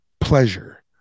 pleasure